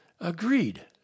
Agreed